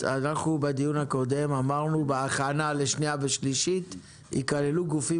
בדיון הקודם אמרנו שבהכנה לקריאה שנייה ושלישית יכללו גופים